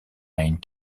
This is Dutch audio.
mijn